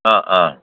অঁ অঁ